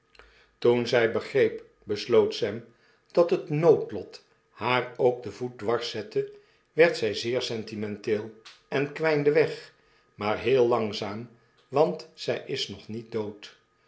toen zij begreep besloot sam dat het noodlot haar ook den voet dwars zette werd zij zeer sentimenteel en kwynde weg maar heel langzaam want zy is nog niet dood